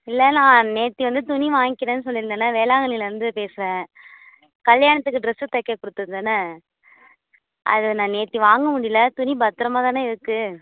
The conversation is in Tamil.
இல்லை நான் நேற்று வந்து துணி வாங்கிக்கிறேன்னு சொல்லிருந்தேனே வேளாங்கண்ணிலருந்து பேசுறேன் கல்யாணத்துக்கு ட்ரெஸ்ஸு தைக்க கொடுத்துருந்தேன அது நான் நேற்று வாங்க முடியல துணி பத்ரமாக தானே இருக்கு